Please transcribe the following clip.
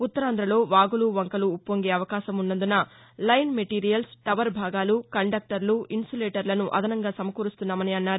ఉత్తరాంధ్రలో వాగులు వంకలు ఉప్పొంగే అవకాశం ఉన్నందున లైన్ మెటీరియల్స్ టవర్ భాగాలు కండక్టర్లు ఇన్సులేటర్లను అదనంగా సమకూరుస్తున్నామన్నారు